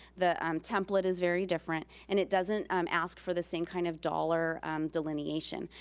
the um template is very different. and it doesn't um ask for the same kind of dollar delineation.